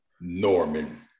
norman